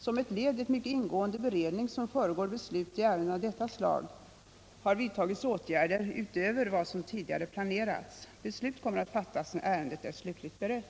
Som ett led i den mycket ingående beredning som föregår beslut i ärenden av detta slag har vidtagits åtgärder utöver vad som tidigare planerats. Beslut kommer att fattas när ärendet är slutligt berett.